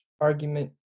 argument